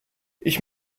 ich